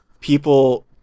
people